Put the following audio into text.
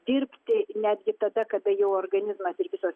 dirbti netgi tada kada jau organizmas ir visos